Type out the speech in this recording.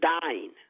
dying